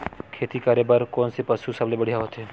खेती करे बर कोन से पशु सबले बढ़िया होथे?